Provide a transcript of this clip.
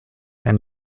and